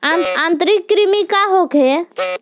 आंतरिक कृमि का होखे?